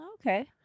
Okay